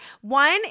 One